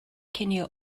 cinio